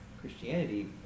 Christianity